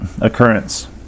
occurrence